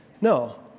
No